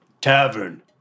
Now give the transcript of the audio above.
Tavern